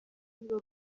nibo